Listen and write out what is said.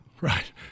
Right